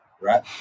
right